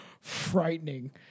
frightening